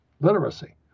Literacy